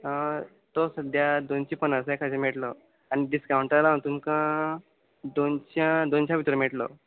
तो सद्द्या दोनशे पंदरा एकादे मेळट्लो आनी डिसकावंटार हांव तुमकां दोनशा दोनशा भितर मेळट्लो